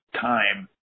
time